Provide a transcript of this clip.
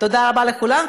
תודה רבה לכולם.